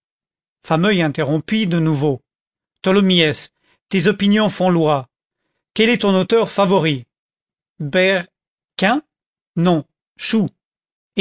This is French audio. fameuil interrompit de nouveau tholomyès tes opinions font loi quel est ton auteur favori ber quin non choux